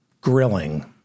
grilling